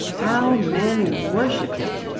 how men worshipped it,